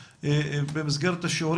בבקשה.